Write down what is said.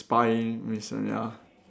spying mission ya